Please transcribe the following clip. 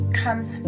comes